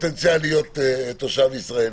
לפוטנציאל להיות תושב ישראלי.